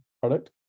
product